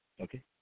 okay